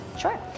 Sure